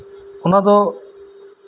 ᱚᱱᱟᱫᱚ